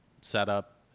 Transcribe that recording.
setup